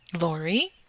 Lori